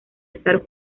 estar